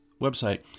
website